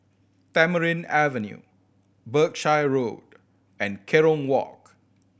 Tamarind Avenue Berkshire Road and Kerong Walk